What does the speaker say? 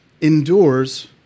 endures